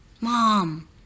Mom